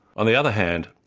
on the other hand,